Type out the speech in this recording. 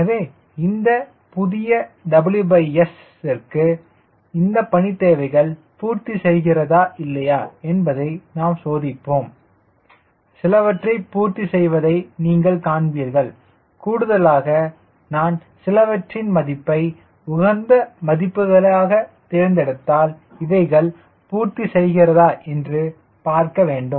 எனவே இந்த புதிய WS விற்கு இந்த பணித் தேவைகள் பூர்த்திசெய்கிறதா இல்லையா என்பதை நாம் சோதிப்போம் சிலவற்றை பூர்த்தி செய்வதை நீங்கள் காண்பீர்கள் கூடுதலாக நான் சிலவற்றின் மதிப்பை உகந்த மதிப்புகளை தேர்ந்தெடுத்தால் இவைகள் பூர்த்தி செய்கிறதா என்று பார்க்க வேண்டும்